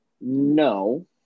no